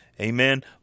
Amen